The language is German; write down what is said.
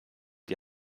die